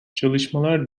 çalışmalar